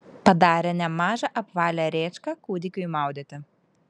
padarė nemažą apvalią rėčką kūdikiui maudyti